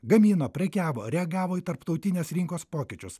gamino prekiavo reagavo į tarptautinės rinkos pokyčius